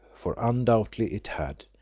for undoubtedly it had.